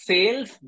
Sales